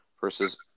versus